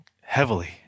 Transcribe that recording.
heavily